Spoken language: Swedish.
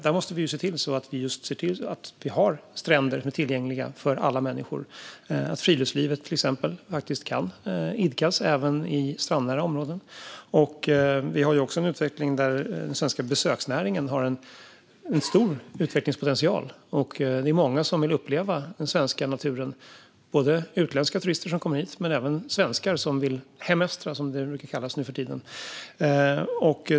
Där måste vi se till att vi har stränder med tillgänglighet för alla människor, så att till exempel friluftslivet faktiskt kan idkas även i strandnära områden. Vi har också en utveckling där den svenska besöksnäringen har en stor utvecklingspotential. Det är många som vill uppleva den svenska naturen, både utländska turister som kommer hit och svenskar som vill hemestra, som det brukar kallas nu för tiden.